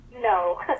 no